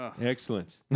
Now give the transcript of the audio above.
Excellent